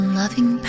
loving